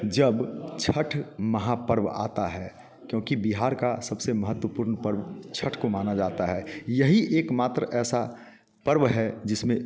जब छठ महापर्व आता है क्योंकि बिहार का सबसे महत्वपूर्ण पर्व छठ को माना जाता है यही एक मात्र ऐसा पर्व है जिसमें